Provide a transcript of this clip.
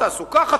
תעשו ככה,